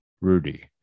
Rudy